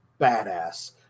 badass